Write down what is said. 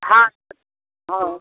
हाँ हाँ